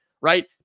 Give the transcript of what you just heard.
right